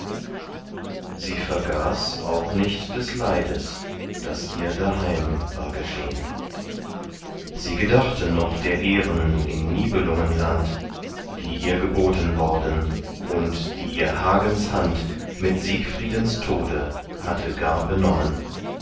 sie vergaß auch nicht des leides das ihr daheim war geschehn sie gedachte noch der ehren in nibelungenland die ihr geboten worden und die ihr hagens hand mit siegfriedens tode hatte gar benommen